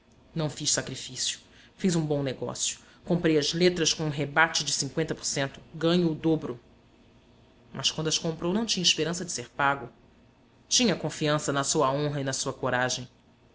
não fiz sacrifício fiz um bom negócio comprei as letras com um rebate de ganho o dobro mas quando as comprou não tinha esperança de ser pago tinha confiança na sua honra e na sua coragem